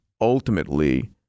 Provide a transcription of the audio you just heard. ultimately